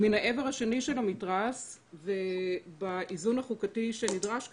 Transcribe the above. מן העבר השני של המתרס ובאיזון החוקתי שנדרש כאן,